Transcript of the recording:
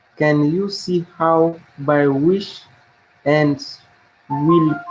can you see how by wish and will,